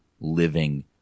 living